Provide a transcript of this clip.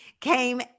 came